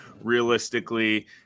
realistically